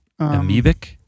Amoebic